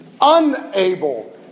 unable